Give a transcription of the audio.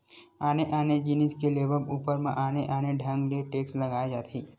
आने आने जिनिस के लेवब ऊपर म आने आने ढंग ले टेक्स लगाए जाथे